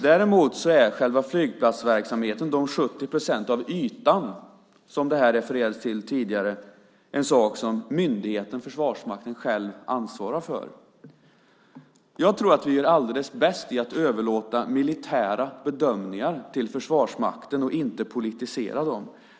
Däremot är själva flygplatsverksamheten, de 70 procent av ytan som det refererades till här tidigare, något som myndigheten, Försvarsmakten, själv ansvarar för. Jag tror att vi gör allra bäst i att överlåta militära bedömningar till Försvarsmakten och inte politisera dem.